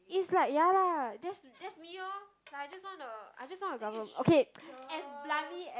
is like ya lah that's that's me orh like I just want the I just want the government